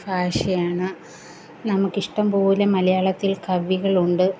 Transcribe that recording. ഭാഷയാണ് നമുക്ക് ഇഷ്ടംപോലെ മലയാളത്തില് കവികളുണ്ട്